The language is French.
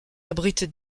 abrite